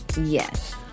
Yes